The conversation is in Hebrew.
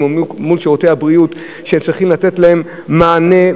ומול שירותי הבריאות שצריכים לתת להם מענה,